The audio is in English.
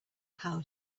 how